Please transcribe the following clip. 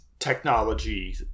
technology